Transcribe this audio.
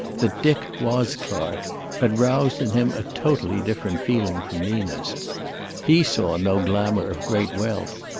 that dick was clark had roused in him a totally different feeling from nina's. he saw no glamour of great wealth.